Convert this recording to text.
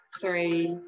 three